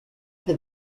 for